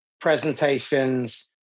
presentations